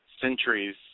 Centuries